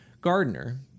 Gardner